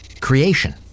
creation